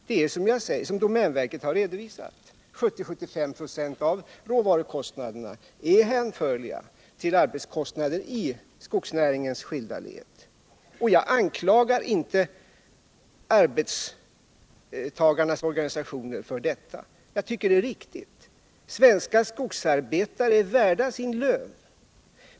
70-75 96 av råvarukostnaderna är, som domänverket har redovisat, hänförliga till arbetskostnader i skogsnäringens skilda led. Jag anklagar inte arbetstagarnas organisationer för detta, utan tycker att det är riktigt. Svenska skogsarbetare är värda sin lön.